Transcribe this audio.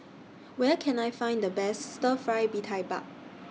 Where Can I Find The Best Stir Fry Mee Tai Mak